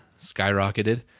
skyrocketed